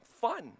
Fun